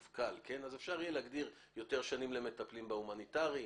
אפשר יהיה להגדיר יותר שנים למטפלים בהומניטרי,